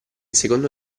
secondo